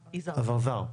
אזרזר.